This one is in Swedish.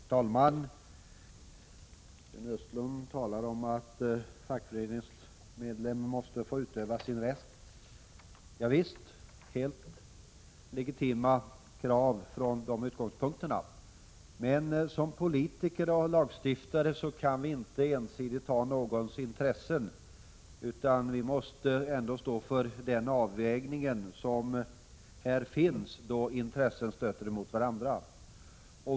Herr talman! Sten Östlund talar om att fackföreningsmedlemmen måste få utöva sin rätt. Javisst, det är helt legitima krav från facklig utgångspunkt. Men som politiker och lagstiftare kan vi inte ensidigt ta ståndpunkt för någons intressen, utan vi måste ändå stå för den avvägning som krävs då intressen stöter mot varandra.